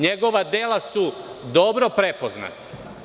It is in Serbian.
Njegova dela su dobro prepoznata.